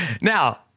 Now